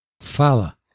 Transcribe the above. Fala